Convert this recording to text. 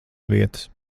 vietas